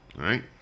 right